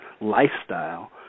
lifestyle